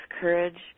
courage